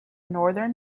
northern